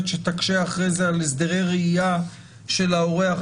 שתקשה אחרי זה על הסדרי ראייה של ההורה.